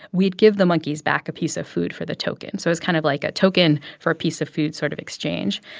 we'd give the monkeys back a piece of food for the token so it was kind of like a token for a piece of food sort of exchange.